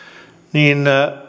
niin